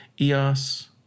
EOS